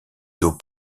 d’eau